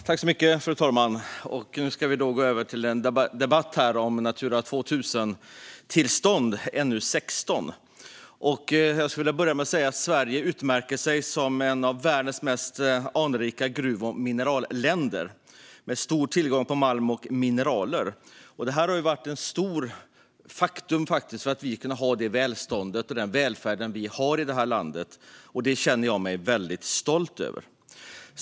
Fru talman! Nu ska vi då gå över till en debatt om Natura 2000-tillstånd, NU16. Jag skulle vilja börja med att säga att Sverige utmärker sig som ett av världens mest anrika gruv och mineralländer, med stor tillgång på malm och mineral. Detta har varit en stor faktor för att vi har kunnat ha det välstånd och den välfärd vi har i det här landet. Det känner jag mig väldigt stolt över.